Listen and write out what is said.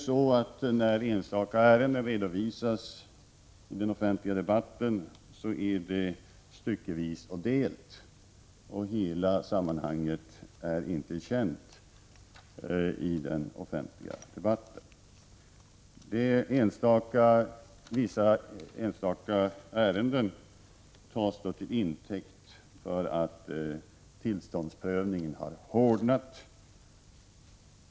Men när enstaka ärenden redovisas i den offentliga debatten är det ofta styckevis och delt. Hela sammanhanget är då inte känt. Dessa enstaka ärenden tas till intäkt för påståendena att tillståndsprövningen har hårdnat.